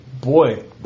boy